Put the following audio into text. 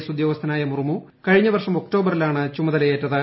S ഉദ്യോഗസ്ഥനായ മുർമു കഴിഞ്ഞ വർഷം ഒക്ടോ്ബറീലാണ് ചുമതലയേറ്റത്